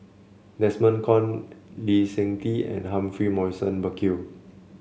Desmond Kon Lee Seng Tee and Humphrey Morrison Burkill